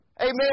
amen